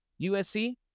USC